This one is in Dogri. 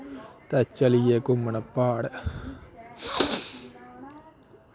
ते चली गे घूमन प्हाड़